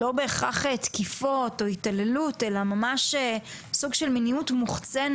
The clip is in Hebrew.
לא מדובר בהכרח בתקיפות או בהתעללות אלא בסוג של מיניות מוחצנת